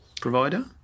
provider